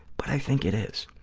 but i think it is.